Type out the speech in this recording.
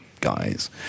guys